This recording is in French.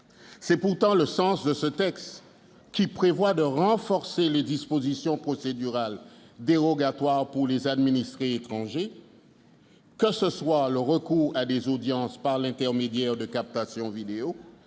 C'est pourtant le sens de ce texte, qui prévoit de renforcer les dispositions procédurales dérogatoires pour les administrés étrangers, que ce soit le recours à des audiences par l'intermédiaire de captations vidéo,